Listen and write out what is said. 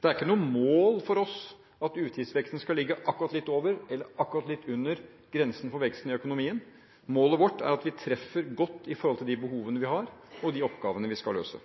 Det er ikke noe mål for oss at utgiftsveksten skal ligge akkurat litt over eller akkurat litt under grensen for veksten i økonomien. Målet vårt er at vi treffer godt i forhold til de behovene vi har, og de oppgavene vi skal løse.